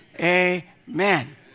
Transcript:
amen